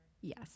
yes